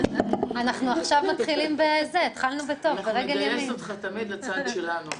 אנחנו נגייס אותך תמיד לצד שלנו.